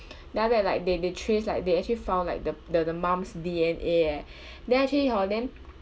then afer that like they they trace like they actually found like the the the mum's D_N_A eh then actually hor then